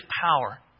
power